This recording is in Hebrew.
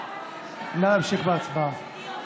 נא להמשיך בהצבעה.